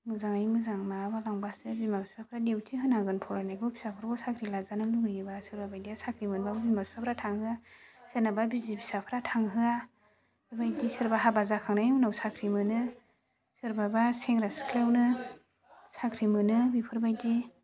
मोजाङै मोजां माबालांबासो बिमा बिफाफोरा डिउटि होनांगोन फरायनायखौ फिसाफोरखौ साख्रि लाजानो लुबैयोबा सोरबा बायदिया साख्रि मोनबाबो बिमा बिफाफ्रा थांहोआ सोरनाबा बिसि फिसाफ्रा थांहोआ बेबायदि सोरबा हाबा जाखांनायनि उनाव साख्रि मोनो सोरबाबा सेंग्रा सिख्लायावनो साख्रि मोनो बेफोरबायदि